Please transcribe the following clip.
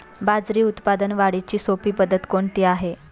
बाजरी उत्पादन वाढीची सोपी पद्धत कोणती आहे?